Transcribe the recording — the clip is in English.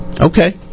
Okay